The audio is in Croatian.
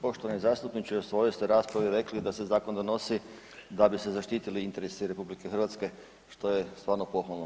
Poštovani zastupniče, u svojoj ste raspravi rekli da se zakon donosi da bi se zaštitili interesi RH, što je stvarno pohvalno.